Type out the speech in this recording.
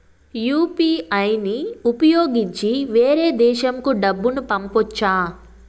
UPI ని ఉపయోగించి వేరే దేశంకు డబ్బును పంపొచ్చా?